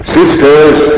Sisters